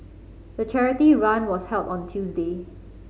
the charity run was held on Tuesday